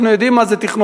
אנחנו יודעים מה זה תכנון.